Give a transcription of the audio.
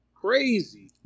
Crazy